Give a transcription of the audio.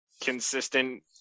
consistent